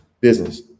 business